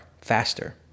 faster